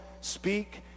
speak